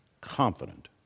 confident